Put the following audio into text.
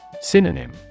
Synonym